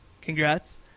Congrats